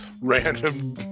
Random